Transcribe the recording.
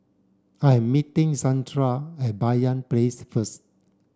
I'm meeting Zandra at Banyan Place first